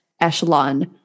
echelon